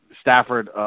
Stafford